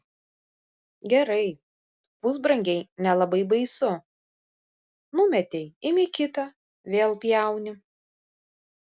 gerai pusbrangiai nelabai baisu numetei imi kitą vėl pjauni